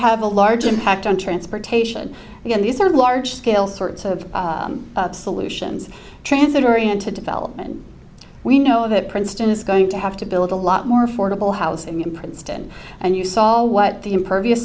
have a large impact on transportation again these are large scale sorts of solutions transit oriented development we know that princeton is going to have to build a lot more fordable housing in princeton and you saw what the impervious